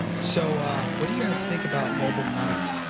so what do you guys think about mobile money?